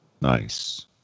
Nice